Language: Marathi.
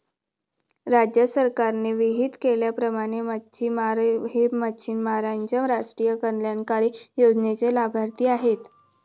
राज्य सरकारने विहित केल्याप्रमाणे मच्छिमार हे मच्छिमारांच्या राष्ट्रीय कल्याणकारी योजनेचे लाभार्थी आहेत